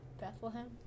Bethlehem